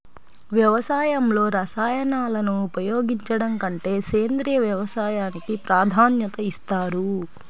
వ్యవసాయంలో రసాయనాలను ఉపయోగించడం కంటే సేంద్రియ వ్యవసాయానికి ప్రాధాన్యత ఇస్తారు